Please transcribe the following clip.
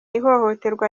ihohoterwa